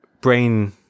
brain